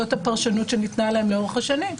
זאת הפרשנות שניתנה להן לאורך השנים,